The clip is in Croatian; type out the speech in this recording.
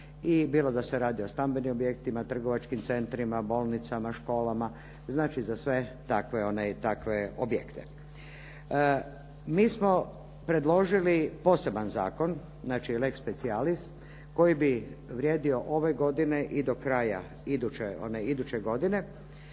i bilo da se radi o stambenim objektima, trgovačkim centrima, bolnicama, školama, znači za sve takve objekte. Mi smo predložili poseban zakon, znači lex specialis koji bi vrijedio ove godine i do kraja one iduće godine